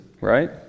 right